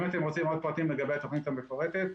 אם אתם רוצים עוד פרטים לגבי התוכנית המפורטת,